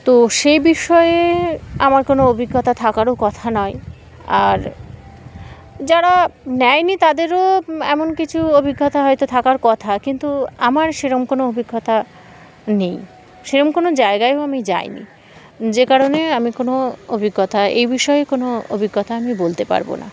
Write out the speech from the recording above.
তো সেই বিষয়ে আমার কোনো অভিজ্ঞতা থাকারও কথা নয় আর যারা নেয়নি তাদেরও এমন কিছু অভিজ্ঞতা হয়তো থাকার কথা কিন্তু আমার সেরকম কোনো অভিজ্ঞতা নেই সেরম কোনো জায়গায়ও আমি যাইনি যে কারণে আমি কোনো অভিজ্ঞতা এই বিষয়ে কোনো অভিজ্ঞতা আমি বলতে পারবো না